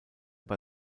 bei